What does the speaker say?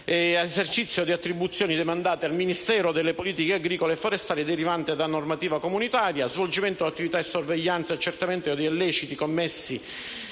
l'esercizio di attribuzioni demandate al Ministero delle politiche agricole alimentari e forestali e derivanti da normativa comunitaria, lo svolgimento di attività di sorveglianza ed accertamento degli illeciti commessi